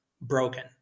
broken